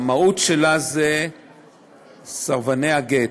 המהות שלה זה סרבני הגט.